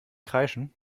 kreischen